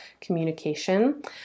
communication